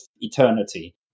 eternity